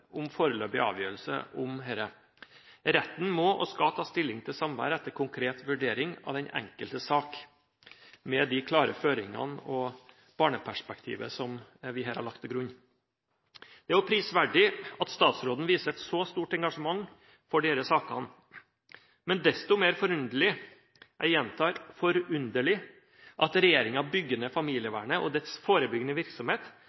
om dette. Retten må og skal ta stilling til samvær etter konkret vurdering av den enkelte sak, med de klare føringene og barneperspektivet som vi her har lagt til grunn. Det er også prisverdig at statsråden viser et så stort engasjement for disse sakene, men desto mer forunderlig – jeg gjentar forunderlig – at regjeringen bygger ned familievernet og dets forebyggende virksomhet,